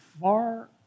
far